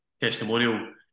testimonial